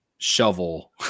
Shovel